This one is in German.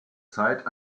zeit